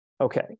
Okay